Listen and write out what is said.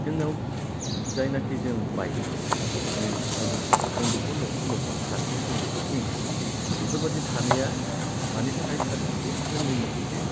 जोंनाव जायनोखि जों बाइक साखा खबनैनि खोथा बुङो बेखौ न'खर न'खर थासै जों बेखौ बुंनो हायो बेफोरबादि थानाया मानि थाखाय थादों बे जोंनि मोनसे